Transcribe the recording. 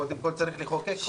קודם כול צריך לחוקק חוק.